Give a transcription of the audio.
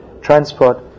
transport